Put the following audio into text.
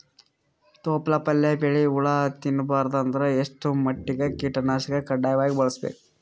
ತೊಪ್ಲ ಪಲ್ಯ ಬೆಳಿ ಹುಳ ತಿಂಬಾರದ ಅಂದ್ರ ಎಷ್ಟ ಮಟ್ಟಿಗ ಕೀಟನಾಶಕ ಕಡ್ಡಾಯವಾಗಿ ಬಳಸಬೇಕು?